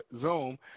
Zoom